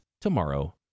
tomorrow